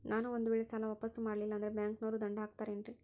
ನಾನು ಒಂದು ವೇಳೆ ಸಾಲ ವಾಪಾಸ್ಸು ಮಾಡಲಿಲ್ಲಂದ್ರೆ ಬ್ಯಾಂಕನೋರು ದಂಡ ಹಾಕತ್ತಾರೇನ್ರಿ?